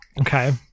Okay